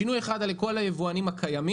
שינוי אחד על כל היבואנים הקיימים,